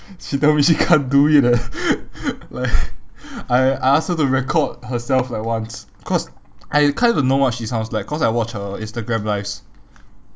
she tell me she can't do it eh like I I ask her to record herself like once cause I kinda know what she sounds like cause I watch her instagram lives